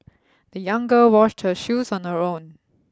the young girl washed her shoes on her own